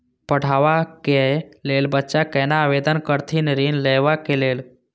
पढ़वा कै लैल बच्चा कैना आवेदन करथिन ऋण लेवा के लेल?